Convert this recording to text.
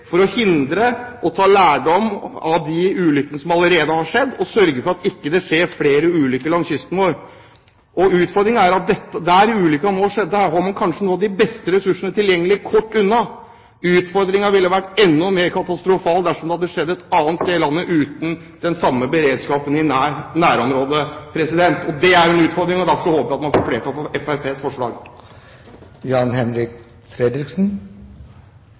for å ta lærdom av de ulykkene som allerede har skjedd, og å sørge for at det ikke skjer flere ulykker langs kysten vår. Der ulykken sist skjedde, har man kanskje noen av de beste ressursene tilgjengelig ikke langt unna. Konsekvensen ville vært enda mer katastrofal dersom det hadde skjedd et annet sted i landet, uten den samme beredskapen i nærområdet. Det er en utfordring, og derfor håper jeg at man får flertall for Fremskrittspartiets forslag.